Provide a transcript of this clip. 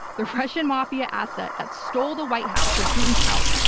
the russian mafia asset that stole the white house with putin's help,